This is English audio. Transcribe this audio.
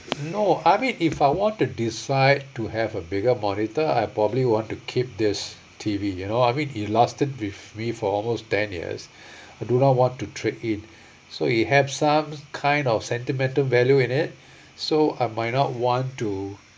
no I mean if I want to decide to have a bigger monitor I probably want to keep this T_V you know I mean it lasted with me for almost ten years I do not want to trade in so it have some kind of sentimental value in it so I might not want to